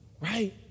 Right